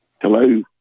Hello